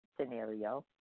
scenario